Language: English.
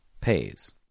pays